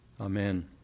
Amen